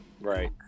right